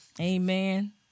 Amen